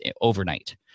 overnight